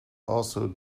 also